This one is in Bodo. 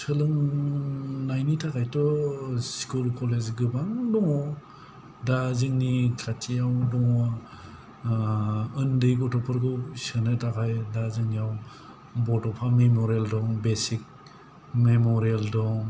सोलोंनायनि थाखायथ' स्कुल केलेज गोबां दङ दा जोंनि खाथियाव दङ ओन्दै गथ'फोरखौ सोनो थाखाय दा जोंनिआव बड'फा मेमरियल दं बेसिक मेमरियल दं